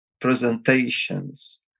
presentations